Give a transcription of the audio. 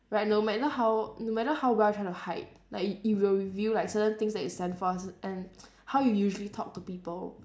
right no matter how no matter how well you try to hide like it it will reveal like certain things that you stand for and how you usually talk to people